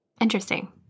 Interesting